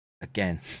again